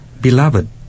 Beloved